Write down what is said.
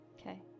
okay